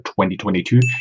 2022